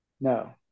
No